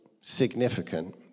significant